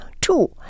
two